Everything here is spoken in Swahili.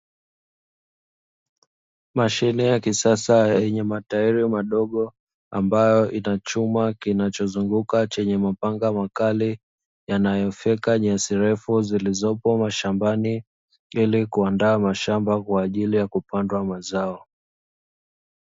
Mashine ya kisasa yenye matairi madogo ambayo ina chuma kinachozunguka chenye mapanga makali yanayofyeka nyasi ndefu, zilizopo mashambani ili kuandaa mashamba kwa ajili ya kupandwa mazao.